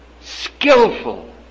skillful